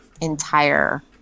entire